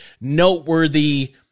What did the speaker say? noteworthy